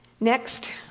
next